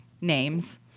names